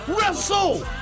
wrestle